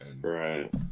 Right